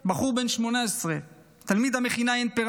בחור בן 18, תלמיד המכינה עין פרת,